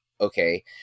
okay